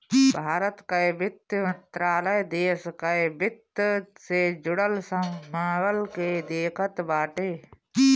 भारत कअ वित्त मंत्रालय देस कअ वित्त से जुड़ल सब मामल के देखत बाटे